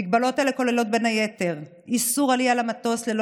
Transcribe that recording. מגבלות אלה כוללות בין היתר איסור עלייה למטוס ללא